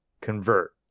convert